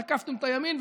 תקפתם את הימין,